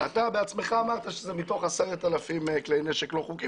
אתה בעצמך אמרת שזה מתוך 10,000 כלי נשק לא חוקיים.